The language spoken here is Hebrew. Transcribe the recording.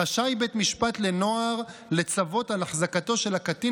רשאי בית המשפט לנוער לצוות על החזקתו של הקטין